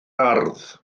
ardd